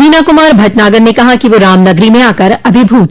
वीना कुमार भटनागर ने कहा कि वह राम नगरी में आकर अभीभूत है